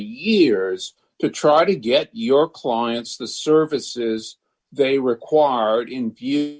years to try to get your clients the services they require in view